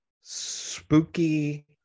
spooky